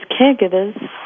caregivers